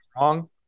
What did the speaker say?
wrong